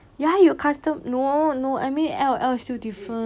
ya you customise no no I mean L_O_L is different